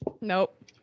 Nope